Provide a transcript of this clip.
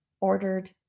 ordered